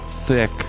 thick